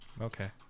Okay